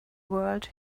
world